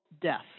death